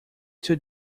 two